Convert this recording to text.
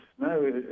No